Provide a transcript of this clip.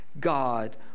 God